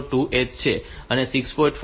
5 માટે તે 0034 છે અને 7